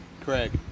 Craig